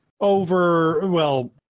over—well